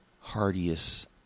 hardiest